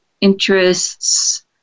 interests